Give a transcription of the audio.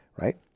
Right